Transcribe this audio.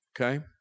Okay